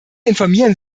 informieren